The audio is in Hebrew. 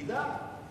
בגידה?